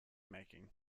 making